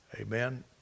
Amen